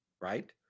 right